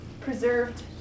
preserved